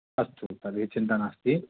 अस्तु तर्हि चिन्ता नास्ति